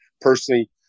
personally